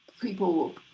People